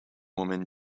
woman